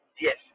yes